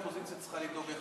האופוזיציה צריכה לדאוג,